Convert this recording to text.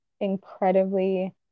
incredibly